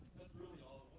really all